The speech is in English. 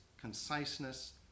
conciseness